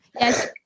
yes